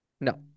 no